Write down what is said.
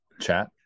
chat